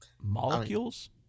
Molecules